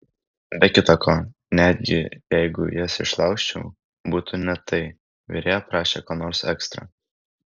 be kita ko netgi jeigu jas išlaužčiau būtų ne tai virėja prašė ko nors ekstra